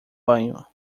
banho